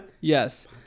Yes